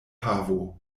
havo